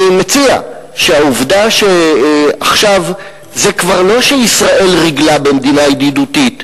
אני מציע שהעובדה שעכשיו זה כבר לא שישראל ריגלה במדינה ידידותית,